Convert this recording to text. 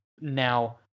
now